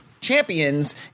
Champions